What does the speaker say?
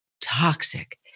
toxic